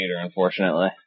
unfortunately